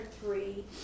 three